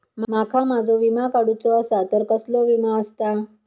माका माझो विमा काडुचो असा तर कसलो विमा आस्ता?